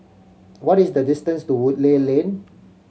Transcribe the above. what is the distance to Woodleigh Lane